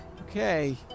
Okay